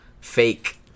fake